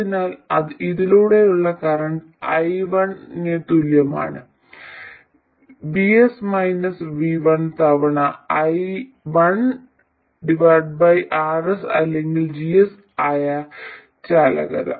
അതിനാൽ ഇതിലൂടെയുള്ള current i1 ന് തുല്യമാണ് തവണ 1RS അല്ലെങ്കിൽ GS ആയ ചാലകത